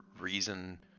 reason